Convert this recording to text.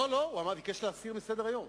לא, הוא ביקש להסיר מסדר-היום.